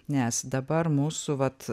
nes dabar mūsų vat